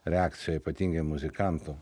reakciją ypatingai muzikantų